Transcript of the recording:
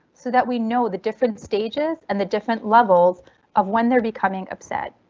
so that we know the different stages and the different levels of when they're becoming upset.